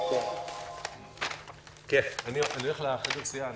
אני נועל את הישיבה.